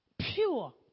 Pure